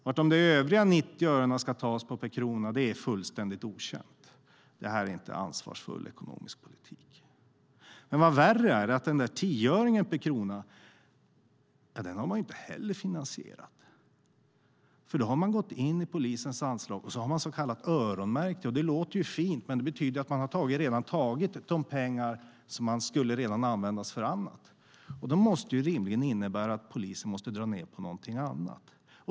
Var de övriga 90 ören per krona ska tas ifrån är fullständigt okänt. Det är inte ansvarsfull ekonomisk politik. Vad värre är, är att den här 10-öringen per krona har man inte heller finansierat. Man har gått in i polisens anslag och har så kallat öronmärkt. Det låter ju fint, men det betyder att man har tagit pengar som redan skulle användas till något annat. Det måste rimligen innebära att polisen måste dra ned på någonting annat.